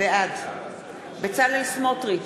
בעד בצלאל סמוטריץ,